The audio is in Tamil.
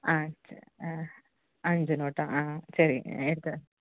ஆ சரி ஆ அஞ்சு நோட்டா ஆ சரிங்க எடுத்துத் தரேன்